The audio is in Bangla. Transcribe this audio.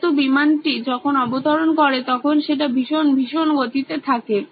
যেহেতু বিমানটি যখন অবতরণ করে তখন সেটা ভীষণ ভীষণ গতিতে থাকে